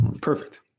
Perfect